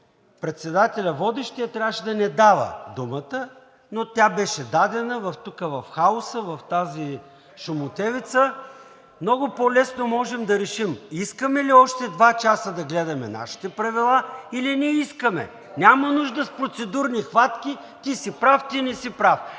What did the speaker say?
председателят трябваше да не дава думата, но тя беше дадена в хаоса, в тази шумотевица, то много лесно можем да решим въпроса искаме ли още два часа да гледаме нашите правила, или не искаме. Няма нужда от процедурни хватки – ти си прав, ти не си прав.